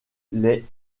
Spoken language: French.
les